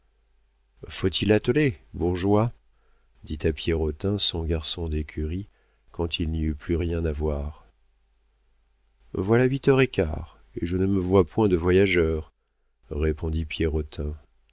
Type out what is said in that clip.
faut-il atteler bourgeois dit à pierrotin son garçon d'écurie quand il n'y eut plus rien à voir voilà huit heures et quart et je ne me vois point de voyageurs répondit